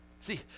See